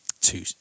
two